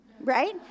right